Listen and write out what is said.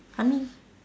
I mean